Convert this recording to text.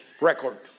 record